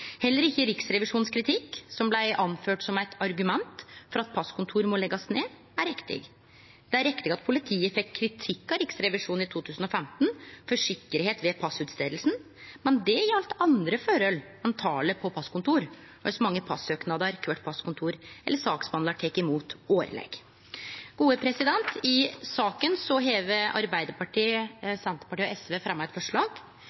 Heller ikkje det som blir sagt om kritikken frå Riksrevisjonen, som blei ført som eit argument for at passkontor må leggjast ned, er riktig. Det er riktig at politiet fekk kritikk av Riksrevisjonen i 2015 for sikkerheit ved passutferdinga, men det gjaldt andre forhold enn talet på passkontor og kor mange passøknader kvart passkontor eller saksbehandlar tek imot årleg. I saka har Arbeidarpartiet, Senterpartiet og SV fremja eit forslag